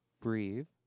Breathe